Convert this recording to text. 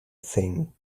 thing